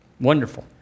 wonderful